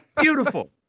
Beautiful